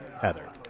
Heather